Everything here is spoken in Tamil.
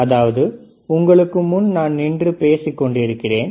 அதாவது உங்களுக்கு முன் நான் நின்று பேசிக் கொண்டிருக்கிறேன்